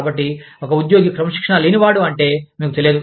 కాబట్టి ఒక ఉద్యోగి క్రమశిక్షణ లేనివాడు అంటే మీకు తెలియదు